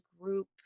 group